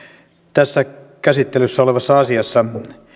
tässä käsittelyssä olevassa asiassa